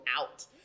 out